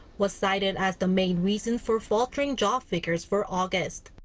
was cited as the main reason for faltering job figures for august.